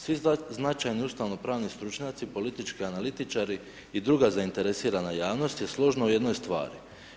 Svi značajni ustavno-pravni stručnjaci, politički analitičari i druga zainteresirana javnost je složna u jednoj stvari.